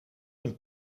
een